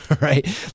Right